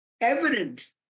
evident